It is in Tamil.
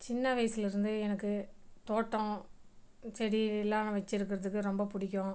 சின்ன வயசுலிருந்தே எனக்கு தோட்டம் செடி எல்லாம் வைச்சுருக்கறதுக்கு ரொம்ப பிடிக்கும்